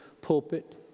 pulpit